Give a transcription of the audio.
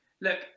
look